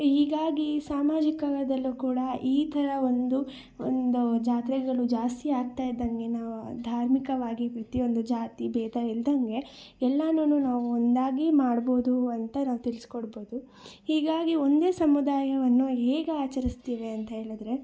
ಹೀಗಾಗಿ ಸಾಮಾಜಿಕವಾದಲ್ಲೂ ಕೂಡ ಈ ಥರ ಒಂದು ಒಂದು ಜಾತ್ರೆಗಳು ಜಾಸ್ತಿ ಆಗ್ತಾ ಇದ್ದಂಗೆ ನಾವು ಧಾರ್ಮಿಕವಾಗಿ ಪ್ರತಿಯೊಂದು ಜಾತಿ ಭೇದ ಇಲ್ದಂಗೆ ಎಲ್ಲಾನು ನಾವು ಒಂದಾಗಿ ಮಾಡ್ಬೋದು ಅಂತ ನಾವು ತಿಳಿಸ್ಕೊಡ್ಬೋದು ಹೀಗಾಗಿ ಒಂದೇ ಸಮುದಾಯವನ್ನು ಹೇಗೆ ಆಚರಿಸ್ತೀವಿ ಅಂತ ಹೇಳಿದರೆ